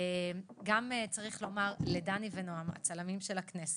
גם צריך להודות לדני ונועם, הצלמים של הכנסת,